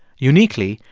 uniquely,